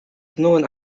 known